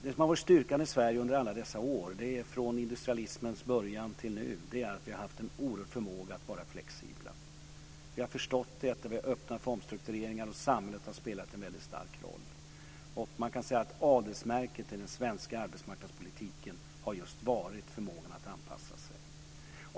Det som har varit styrkan i Sverige under alla dessa år, från industrialismens början till nu, är att vi har haft en oerhörd förmåga att vara flexibla. Vi har förstått detta, vi är öppna för omstruktureringar och samhället har spelat en stark roll. Adelsmärket i den svenska arbetsmarknadspolitiken har varit förmågan att anpassa sig.